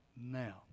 now